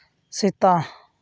Sita